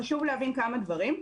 חשוב להבין כמה דברים.